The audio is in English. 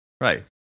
right